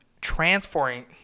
transferring